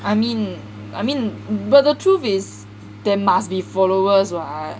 I mean I mean but the truth is there must be followers [what]